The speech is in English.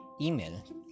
email